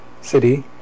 city